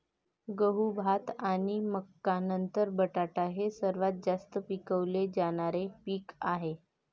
गहू, भात आणि मका नंतर बटाटा हे सर्वात जास्त पिकवले जाणारे पीक आहे